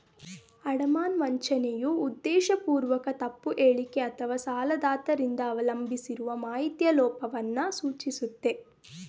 ಅಡಮಾನ ವಂಚನೆಯು ಉದ್ದೇಶಪೂರ್ವಕ ತಪ್ಪು ಹೇಳಿಕೆ ಅಥವಾಸಾಲದಾತ ರಿಂದ ಅವಲಂಬಿಸಿರುವ ಮಾಹಿತಿಯ ಲೋಪವನ್ನ ಸೂಚಿಸುತ್ತೆ